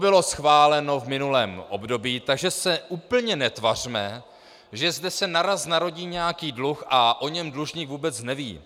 To bylo schváleno v minulém období, takže se úplně netvařme, že zde se naráz narodí nějaký dluh a o něm dlužník vůbec neví.